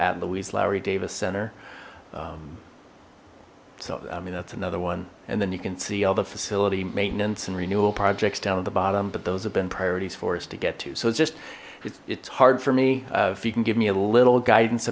at louise lowry davis center so i mean that's another one and then you can see all the facility maintenance and renewal projects down at the bottom but those have been priorities for us to get to so it's just it's hard for me if you can give me a little guidance